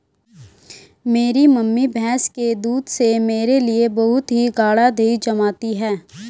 मेरी मम्मी भैंस के दूध से मेरे लिए बहुत ही गाड़ा दही जमाती है